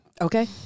Okay